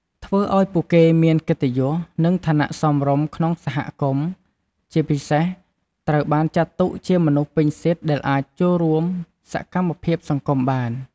ធ្វើឲ្យពួកគេមានកិត្តិយស និងឋានៈសមរម្យក្នុងសហគមន៍ ជាពិសេសត្រូវបានចាត់ទុកជាមនុស្សពេញសិទ្ធិដែលអាចចូលរួមសកម្មភាពសង្គមបាន។